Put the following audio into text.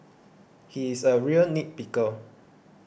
he is a real nit picker